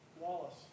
Wallace